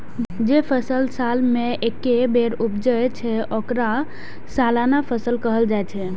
जे फसल साल मे एके बेर उपजै छै, ओकरा सालाना फसल कहल जाइ छै